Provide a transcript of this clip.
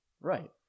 Right